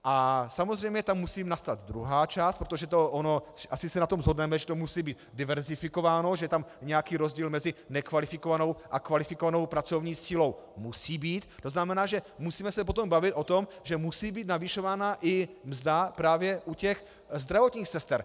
A samozřejmě tam musí nastat druhá část, protože asi se na tom shodneme, že to musí být diverzifikováno, že tam nějaký rozdíl mezi nekvalifikovanou a kvalifikovanou pracovní silou musí být, tzn. že se potom musíme bavit o tom, že musí být navyšována i mzda právě u těch zdravotních sester.